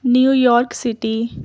New York City